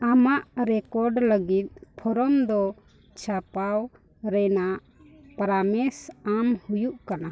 ᱟᱢᱟᱜ ᱨᱮᱠᱚᱨᱰ ᱞᱟᱹᱜᱤᱫ ᱯᱷᱚᱨᱢ ᱫᱚ ᱪᱷᱟᱯᱟᱣ ᱨᱮᱱᱟᱜ ᱯᱚᱨᱟᱢᱮᱥ ᱮᱢ ᱦᱩᱭᱩᱜ ᱠᱟᱱᱟ